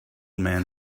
man